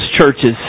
churches